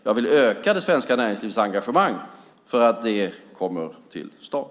Jag vill öka det svenska näringslivets engagemang för att det kommer till stånd.